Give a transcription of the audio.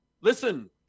listen –